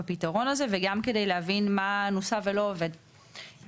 בנקודת הזמן הזאת ובמסות כאלה,